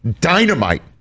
dynamite